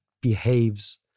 behaves